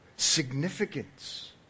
significance